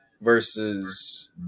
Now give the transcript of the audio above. versus